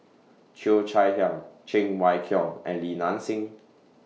Cheo Chai Hiang Cheng Wai Keung and Li Nanxing